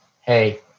hey